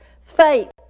faith